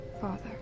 Father